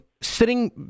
sitting